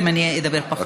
אם אני אדבר פחות.